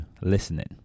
listening